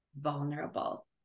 vulnerable